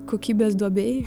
kokybės duobėj